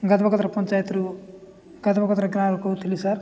ପଞ୍ଚାୟତରୁ ଗାଁରୁ କହୁଥିଲି ସାର୍